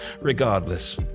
regardless